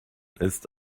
ist